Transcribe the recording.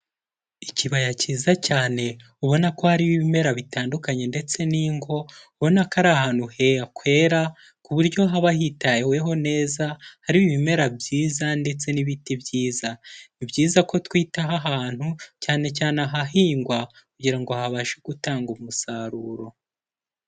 Ikibaya kiza cyane ubona ko hari ibimera bitandukanye ndetse n'ingo, ubona ko ari ahantu hakwera ku buryo haba hitaweho neza, hari ibimera byiza ndetse n'ibiti byiza. Ni byiza ko twitaho ahantu cyane cyane ahahingwa, kugira ngo habashe gutanga umusaruro.